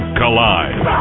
collide